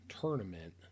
tournament